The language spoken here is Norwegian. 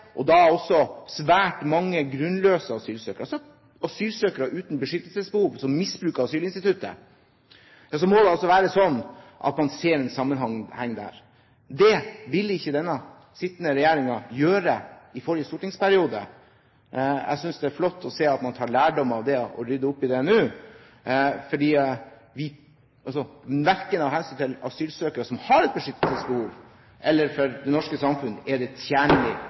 og da også svært mange grunnløse asylsøkere, altså asylsøkere uten beskyttelsesbehov som misbruker asylinstituttet. Det må altså være sånn at man ser en sammenheng der. Det ville ikke regjeringen gjøre i forrige periode. Jeg synes det er flott å se at man tar lærdom av det og rydder opp i det nå, fordi det verken av hensyn til asylsøkere som har et beskyttelsesbehov, eller for det norske samfunn, er tjenlig